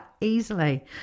easily